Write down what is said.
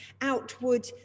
outward